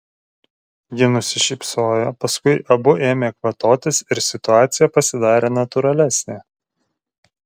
ji nusišypsojo paskui abu ėmė kvatotis ir situacija pasidarė natūralesnė